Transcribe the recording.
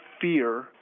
fear